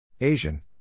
Asian